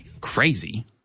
crazy